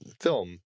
film